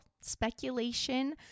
speculation